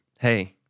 hey